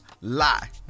lie